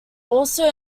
also